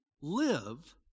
live